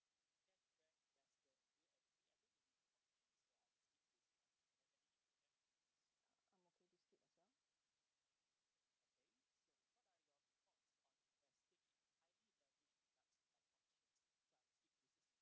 to